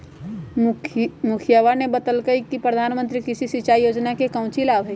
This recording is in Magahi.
मुखिवा ने बतल कई कि प्रधानमंत्री कृषि सिंचाई योजना के काउची लाभ हई?